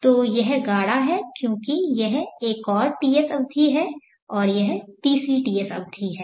तो यह गाढ़ा है क्योंकि यह एक और Ts अवधि है और यह तीसरी Ts अवधि है